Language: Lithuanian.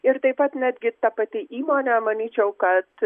ir taip pat netgi ta pati įmonė manyčiau kad